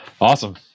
Awesome